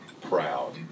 proud